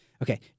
Okay